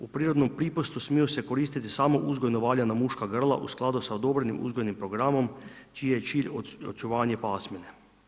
U prirodnom pripusti smiju se koristiti samo uzgojno valjana muška grla u skladu sa odobrenim uzgojnim programom čiji je cilj očuvanje pasmine.